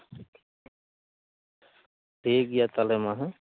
ᱴᱷᱤᱠᱜᱮᱭᱟ ᱛᱟᱞᱦᱮ ᱢᱟ ᱦᱮᱸ